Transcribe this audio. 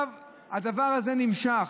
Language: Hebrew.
הדבר הזה נמשך.